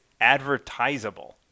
advertisable